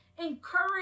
encourage